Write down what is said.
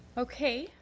okay.